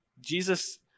Jesus